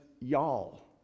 y'all